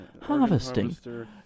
Harvesting